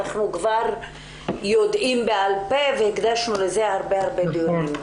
אנחנו כבר יודעים בעל פה והקדשנו לזה הרבה מאוד דיונים.